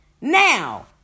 Now